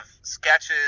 sketches